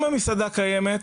אם המסעדה קיימת,